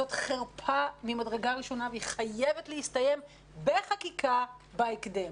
זאת חרפה ממדרגה ראשונה והיא חייבת להסתיים בחקיקה בהקדם.